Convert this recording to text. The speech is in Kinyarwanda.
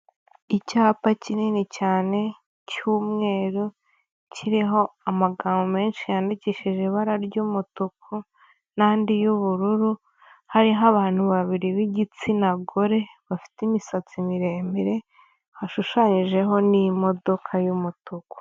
Icyapa kinini cyane cy'umweru, kiriho amagambo menshi yandikishije ibara ry'umutuku, n'andi y'ubururu, hariho abantu babiri b'igitsina gore, bafite imisatsi miremire, hashushanyijeho n'imodoka y'umutuku.